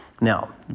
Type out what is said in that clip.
Now